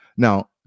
Now